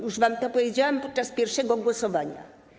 Już wam to powiedziałam podczas pierwszego głosowania.